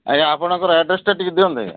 ଆଜ୍ଞା ଆପଣଙ୍କର ଆଡ଼୍ରେସ୍ଟା ଟିକେ ଦିଅନ୍ତୁ ଆଜ୍ଞା